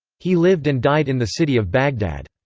he lived and died in the city of baghdad.